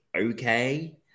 okay